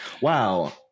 Wow